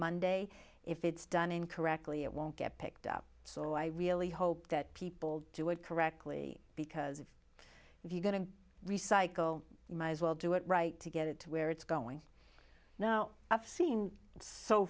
monday if it's done incorrectly it won't get picked up so i really hope that people do it correctly because if you're going to recycle you might as well do it right to get it to where it's going now i've seen so